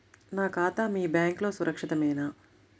నా ఖాతా మీ బ్యాంక్లో సురక్షితమేనా?